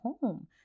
home